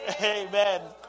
Amen